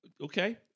Okay